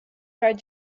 charge